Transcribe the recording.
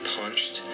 punched